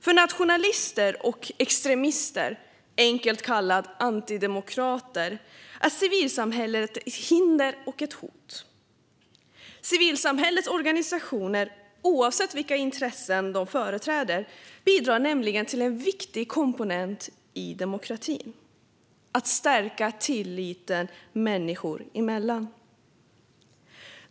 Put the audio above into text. För nationalister och extremister, enkelt kallade antidemokrater, är civilsamhället ett hinder och ett hot. Civilsamhällets organisationer bidrar nämligen, oavsett vilka intressen de företräder, till en viktig komponent i demokratin: att stärka tilliten människor emellan.